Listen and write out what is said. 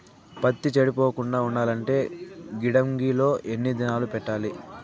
పత్తి చెడిపోకుండా ఉండాలంటే గిడ్డంగి లో ఎన్ని దినాలు పెట్టాలి?